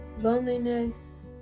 Loneliness